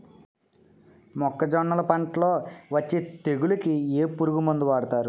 మొక్కజొన్నలు పంట లొ వచ్చే తెగులకి ఏ పురుగు మందు వాడతారు?